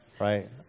Right